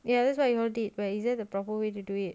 ya that's why you all did but is that the proper way to do it